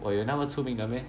我有那么出名的 meh